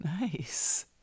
Nice